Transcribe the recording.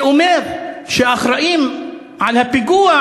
ואומר שהאחראים לפיגוע